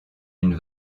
une